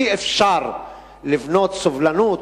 אי-אפשר לבנות סובלנות